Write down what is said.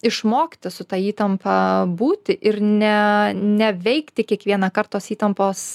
išmokti su ta įtampa būti ir ne neveikti kiekvienąkart tos įtampos